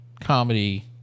comedy